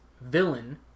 villain